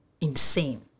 insane